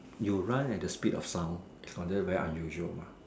you run at the speed of sound is considered very unusual mah